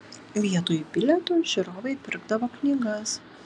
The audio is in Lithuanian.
vietoj bilietų žiūrovai pirkdavo knygas